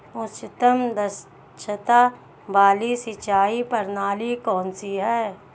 उच्चतम दक्षता वाली सिंचाई प्रणाली कौन सी है?